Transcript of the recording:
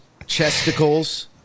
chesticles